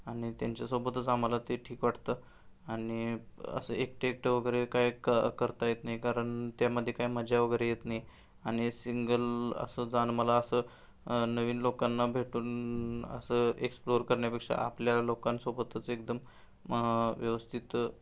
आणि त्यांच्यासोबतच आम्हाला ते ठीक वाटतं आणि असं एकटं एकटं वगैरे काय क करता येत नाही कारण त्यामध्ये काय मजा वगैरे येत नाही आणि सिंगल असं जाणं मला असं नवीन लोकांना भेटून असं एक्स्प्लोर करण्यापेक्षा आपल्या लोकांसोबतच एकदम व्यवस्थित